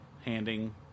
handing